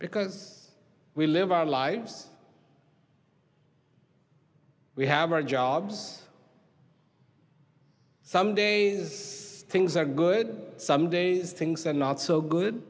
because we live our lives we have our jobs some day things are good some days things are not so good